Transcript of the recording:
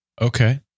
Okay